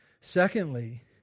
secondly